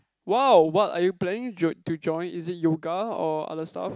!wow! what are you planning jo~ to join is it yoga or other stuff